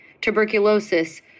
Tuberculosis